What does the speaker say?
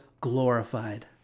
glorified